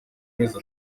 mezi